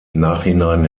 nachhinein